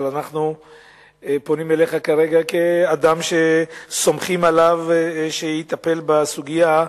אבל אנחנו פונים אליך כרגע כאדם שסומכים עליו שיטפל בסוגיה.